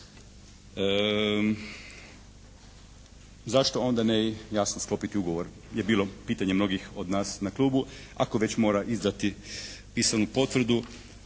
Zašto ne jasno onda sklopiti ugovor je bilo pitanje mnogih od nas na klubu ako već mora izdati pisanu potvrdu?